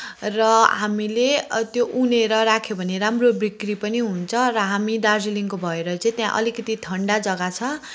र हामीले त्यो उनेर राख्यो भने त्यो राम्रो बिक्री पनि हुन्छ र हामी दार्जिलिङको भएर चाहिँ त्यहाँ अलिकति ठन्डा जग्गा छ